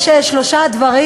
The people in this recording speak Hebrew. יש שלושה דברים